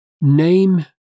name